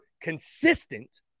consistent